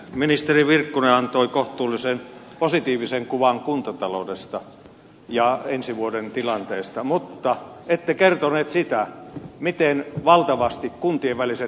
ministeri virkkunen antoi kohtuullisen positiivisen kuvan kuntataloudesta ja ensi vuoden tilanteesta mutta ette kertonut sitä miten valtavasti kuntien väliset erot kasvavat